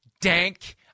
dank